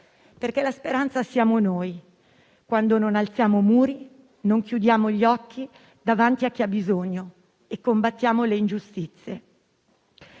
perché la speranza siamo noi, quando non alziamo muri e non chiudiamo gli occhi davanti a chi ha bisogno e combattiamo le ingiustizie.